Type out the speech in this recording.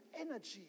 energy